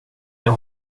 jag